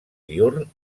diürn